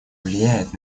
влияет